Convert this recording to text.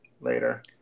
Later